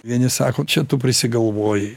vieni sako čia tu prisigalvojai